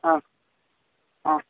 ಹಾಂ ಹಾಂ